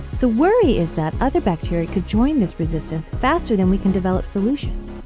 the worry is that other bacteria could join this resistance faster than we can develop solutions,